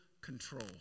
control